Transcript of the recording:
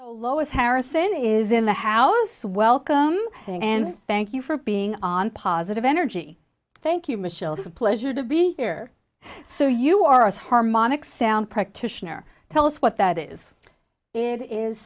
oh lois harrison is in the house welcome and thank you for being on positive energy thank you michel it is a pleasure to be here so you are as harmonic sound practitioner tell us what that is it is